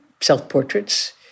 self-portraits